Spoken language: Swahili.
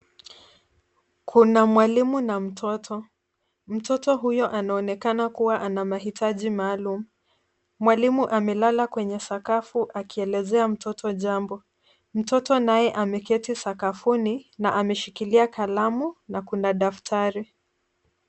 Kuna mwalimu na mtoto. Mtoto huyo anaonekana kua ana mahitaji maalumu. Mwalimu amelala kwenye sakafu akielezea mtoto jambo. Mtoto naye ameketi sakafuni, na ameshikila kalamu na kuna daftari.